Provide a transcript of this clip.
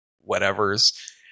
whatever's